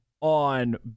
on